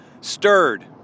stirred